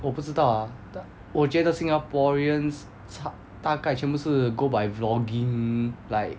我不知道啊我觉得 singaporeans 差大概全部是 go by vlogging like